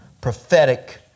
prophetic